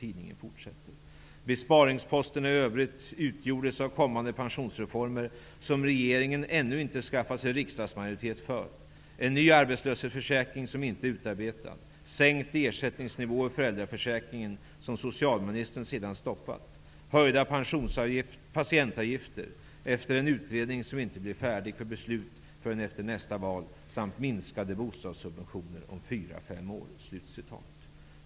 Tidningen fortsatte: ''Besparingsposterna i övrigt utgjordes av kommande pensionsreformer som regeringen ännu inte skaffat sig riksdagsmajoritet för, en ny arbetslöshetsförsäkring som inte är utarbetad, sänkt ersättningsnivå i föräldraförsäkringen som socialministern sedan stoppat, höjda patientavgifter efter en utredning som inte blir färdig för beslut förrän efter nästa val samt minskade bostadssubventioner om fyra, fem år.''